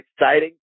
exciting